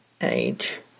Age